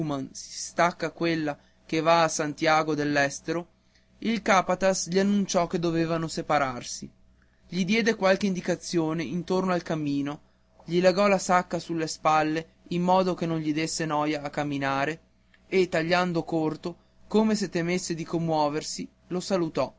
stacca quella che va a santiago dell'estero il capataz gli annunciò che dovevano separarsi gli diede qualche indicazione intorno al cammino gli legò la sacca sulle spalle in modo che non gli desse noia a camminare e tagliando corto come se temesse di commuoversi lo salutò